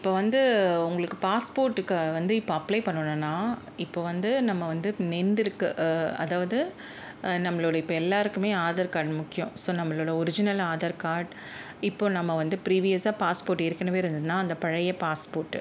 இப்போ வந்து உங்களுக்கு பாஸ்போர்ட்டுக்கு வந்து இப்போ அப்ளை பண்ணணுன்னா இப்போ வந்து நம்ம வந்து நெந்துருக்கு அதாவது நம்மளுடைய இப்போ எல்லாருக்குமே ஆதார் கார்ட் முக்கியம் ஸோ நம்மளோட ஒரிஜினல் ஆதார் கார்ட் இப்போ நம்ம வந்து ஃப்ரீவியஸ்ஸாக பாஸ்போர்ட் ஏற்கனவே இருந்ததுன்னா அந்த பழைய பாஸ்போர்ட்டு